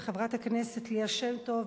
וחברת הכנסת ליה שמטוב,